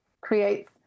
creates